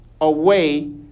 away